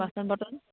বাচন বৰ্তন